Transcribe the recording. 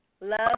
Love